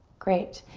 great,